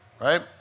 right